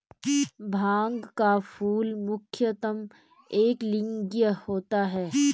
भांग का फूल मुख्यतः एकलिंगीय होता है